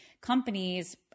companies